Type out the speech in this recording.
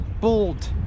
bold